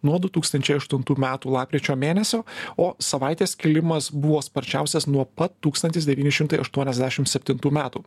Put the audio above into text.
nuo du tūkstančiai aštuntų metų lapkričio mėnesio o savaitės kilimas buvo sparčiausias nuo pa tūkstantis devyni šimtai aštuoniasdešim septintų metų